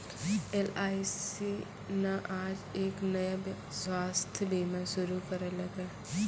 LIC न आज एक नया स्वास्थ्य बीमा शुरू करैलकै